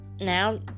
now